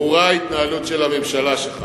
ברורה ההתנהלות של הממשלה שלך.